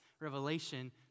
revelation